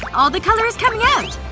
all the color is coming out!